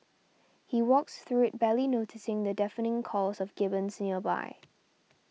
he walks through it barely noticing the deafening calls of gibbons nearby